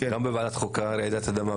גם בוועדת חוקה יש רעידת אדמה,